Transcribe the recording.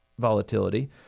volatility